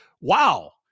wow